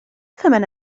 ثمن